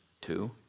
two